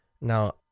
Now